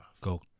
Go